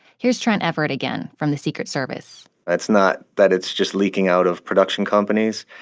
here's trent everett again from the secret service it's not that it's just leaking out of production companies,